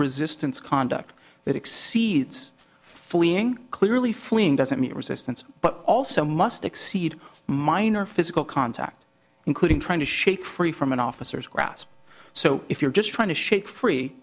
resistance conduct that exceeds fleeing clearly fleeing doesn't meet resistance but also must exceed minor physical contact including trying to shake free from an officer's grasp so if you're just trying to shake free